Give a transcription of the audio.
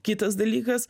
kitas dalykas